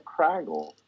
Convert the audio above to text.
craggle